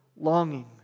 longing